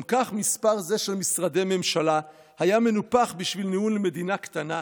גם כך מספר זה של משרדי ממשלה היה מנופח בשביל ניהול מדינה קטנה,